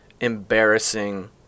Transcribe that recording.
embarrassing